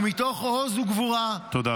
ומתוך עוז וגבורה -- תודה רבה.